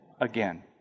again